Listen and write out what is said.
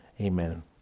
Amen